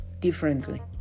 differently